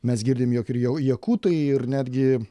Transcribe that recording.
mes girdim jog ir jau jakutai ir netgi